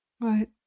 Right